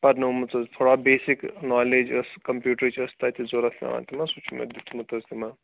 پَرنٲومٕژ حظ تھوڑا basic knowledge ٲس کَمپیوٗٹرٕچ ٲس تَتہِ ضوٚرَتھ پٮ۪وان سُہ چھِ مےٚ دیُتمُت حظ تِمَن